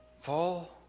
Fall